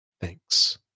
thanks